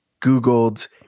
Googled